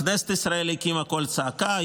כנסת ישראל הקימה קול צעקה,